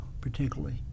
particularly